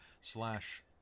slash